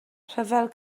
rhyfel